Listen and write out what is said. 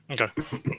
Okay